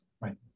right